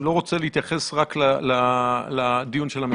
לא רוצה להתייחס רק לדיון של המספרים.